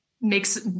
makes